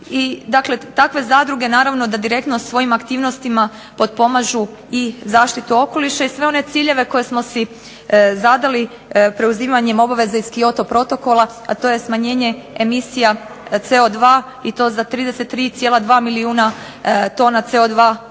dakle, takve zadruge naravno da direktno svojim aktivnostima potpomažu i zaštitu okoliša i sve one ciljeve koje smo si zadali preuzimanjem obaveza iz Kyoto protokola, a to je smanjenje emisija CO2 i to za 33,2 milijuna tona CO2